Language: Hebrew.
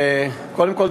קודם כול,